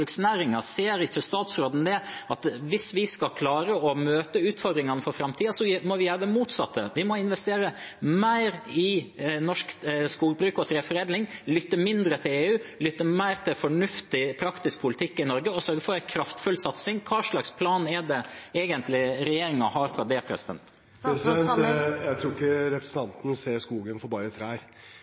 Ser ikke statsråden at hvis vi skal klare å møte utfordringene for framtiden, må vi gjøre det motsatte? Vi må investere mer i norsk skogbruk og treforedling, lytte mindre til EU, lytte mer til fornuftig, praktisk politikk i Norge og sørge for en kraftfull satsing. Hva slags plan er det egentlig regjeringen har for det? Jeg tror ikke representanten ser skogen for bare trær.